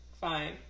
Fine